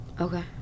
okay